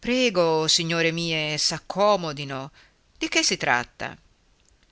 prego signore mie s'accomodino di che si tratta